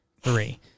Three